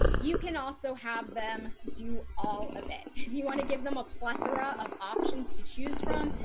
you can also have them do all of it. if you want to give them a plethora of options to choose from.